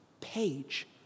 page